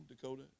Dakota